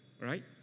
right